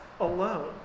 alone